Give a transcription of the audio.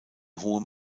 hohem